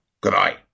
Goodbye